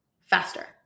faster